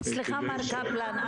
סליחה מר קפלן.